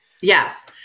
yes